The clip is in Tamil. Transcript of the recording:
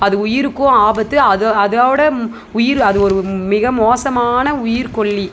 அது உயிருக்கும் ஆபத்து அது அதோட உயிர் அது ஒரு மிக மோசமான உயிர்கொல்லி